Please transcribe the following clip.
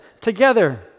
together